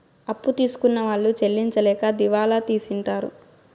అప్పు తీసుకున్న వాళ్ళు చెల్లించలేక దివాళా తీసింటారు